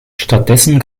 stattdessen